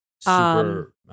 Super